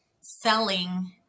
selling